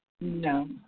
No